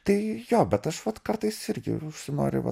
tai jo bet aš vat kartais irgi užsinori va